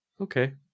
Okay